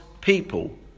people